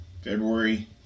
February